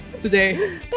today